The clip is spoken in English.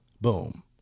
Boom